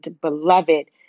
beloved